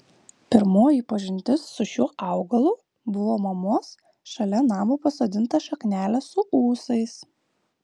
pirmoji pažintis su šiuo augalu buvo mamos šalia namo pasodinta šaknelė su ūsais